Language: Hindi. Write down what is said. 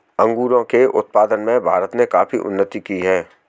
अंगूरों के उत्पादन में भारत ने काफी उन्नति की है